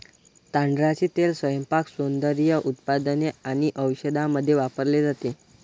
तांदळाचे तेल स्वयंपाक, सौंदर्य उत्पादने आणि औषधांमध्ये वापरले जाते